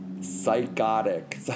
Psychotic